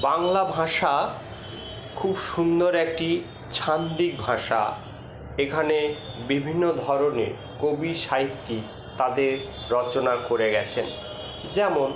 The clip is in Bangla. বাংলা ভাষা খুব সুন্দর একটি ছান্দিক ভাষা এখানে বিভিন্ন ধরণের কবি সাহিত্যিক তাদের রচনা করে গেছেন যেমন